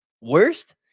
worst